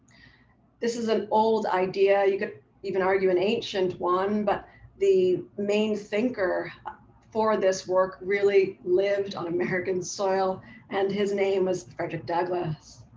this is an old idea, you could even argue an ancient one but the main thinker for this work really lived on american soil and his name was frederick douglass.